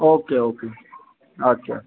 او کے okay اَچھا